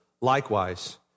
likewise